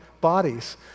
bodies